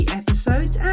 episodes